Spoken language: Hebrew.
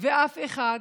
ואף אחד,